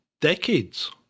decades